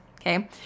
Okay